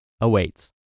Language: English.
awaits